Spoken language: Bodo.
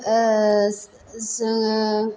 जोंङो